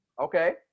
Okay